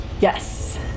Yes